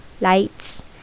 lights